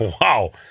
Wow